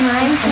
Time